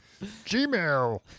Gmail